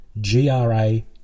G-R-A